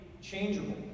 changeable